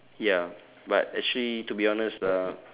ya but actually to be honest lah